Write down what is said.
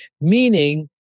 meaning